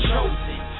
Chosen